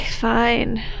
fine